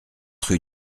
rue